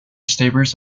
stables